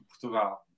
Portugal